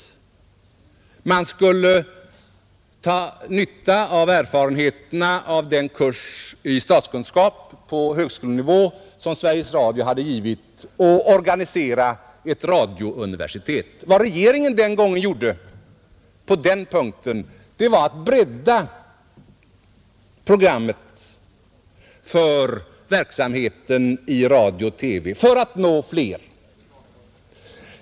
Vi skulle dra nytta av erfarenheterna av den kurs i statskunskap på högskolenivå som Sveriges Radio hade givit och organisera ett radiouniversitet. Vad regeringen den gången gjorde på den punkten var att bredda programmet för verksamheten i radio och television för att nå flera.